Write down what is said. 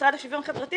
משרד לשוויון חברתי,